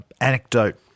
anecdote